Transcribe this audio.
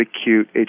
acute